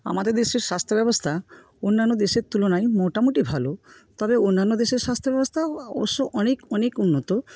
আমাদের দেশের স্বাস্থ্যব্যবস্থা অন্যান্য দেশের তুলনায় মোটামোটি ভালো তবে অন্যান্য দেশের স্বাস্থ্যব্যবস্থাও অবশ্য অনেক অনেক উন্নত